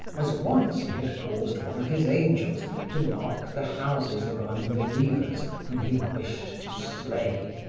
as once he had caused one of his angels to mark the houses of unbelievers whom he wished to slay.